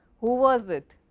who was it?